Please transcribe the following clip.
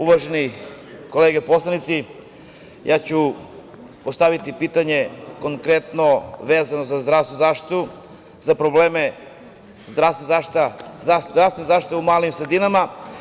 Uvažene kolege poslanici, ja ću postaviti pitanje konkretno vezano za zdravstvenu zaštitu, za probleme zdravstvene zaštite u malim sredinama.